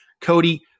Cody